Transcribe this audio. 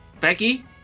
Becky